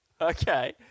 Okay